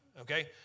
Okay